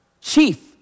Chief